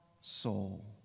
soul